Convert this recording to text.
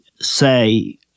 say